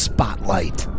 Spotlight